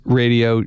radio